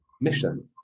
mission